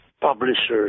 Publishers